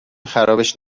خرابش